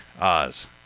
Oz